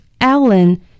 Alan